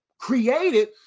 created